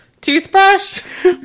Toothbrush